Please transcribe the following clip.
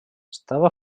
estava